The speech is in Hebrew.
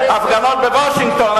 הפגנות בוושינגטון,